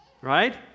right